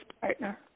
partner